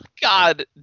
God